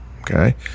okay